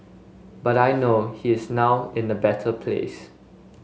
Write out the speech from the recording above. but I know he is now in a better place